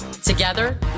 Together